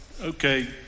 Okay